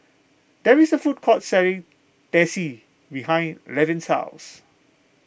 there is a food court selling Teh C behind Levin's house